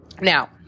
now